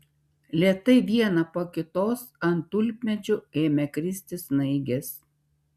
lėtai viena po kitos ant tulpmedžių ėmė kristi snaigės